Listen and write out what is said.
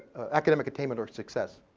academic attainment or success.